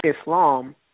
Islam